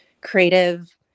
creative